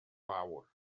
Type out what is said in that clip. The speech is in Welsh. fawr